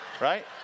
right